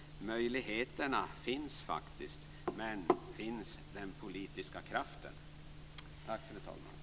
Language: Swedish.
Möjligheterna finns faktiskt. Men finns den politiska kraften? Tack, fru talman!